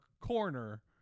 corner